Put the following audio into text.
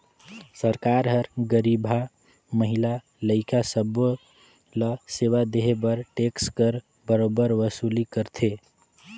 सरकार हर गरीबहा, महिला, लइका सब्बे ल सेवा देहे बर टेक्स कर बरोबेर वसूली करथे